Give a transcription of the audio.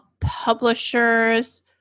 Publisher's